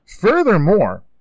Furthermore